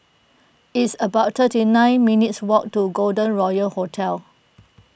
it's about thirty nine minutes' walk to Golden Royal Hotel